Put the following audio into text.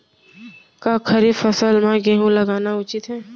का खरीफ फसल म गेहूँ लगाना उचित है?